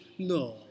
No